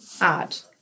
art